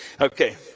Okay